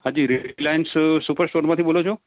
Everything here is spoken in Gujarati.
હા જી રિપ્લાઇન્સ સુપર સ્ટોલ માંથી બોલો છો